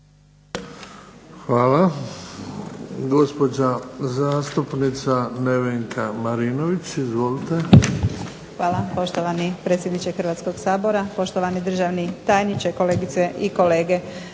Hvala. Gospođa zastupnica Nevenka Marinović, izvolite. **Marinović, Nevenka (HDZ)** Hvala poštovani predsjedniče Hrvatskog sabora, poštovani državni tajniče, kolegice i kolege.